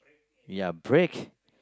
ya break